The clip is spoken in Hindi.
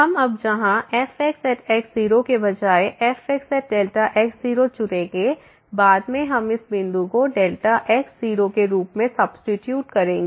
हम अब जहां fxx 0 के बजाय fxx0चुनेंगे बाद में हम इस बिंदु को x0 के रूप में सब्सीट्यूट करेंगे